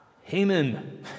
Haman